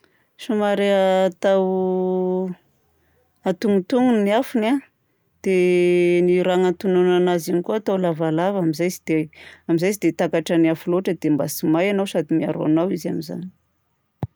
Somary a atao antognontogniny ny afony a dia ny raha agnatonoana anazy igny koa atao lavalava amin'izay tsy dia amin'izay tsy dia takatry ny afo loatra dia mba tsy may ianao sady miaro anao izy amin'izay.